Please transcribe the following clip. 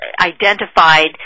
identified